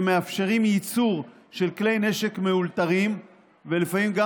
שמאפשרים ייצור של כלי נשק מאולתרים ולפעמים גם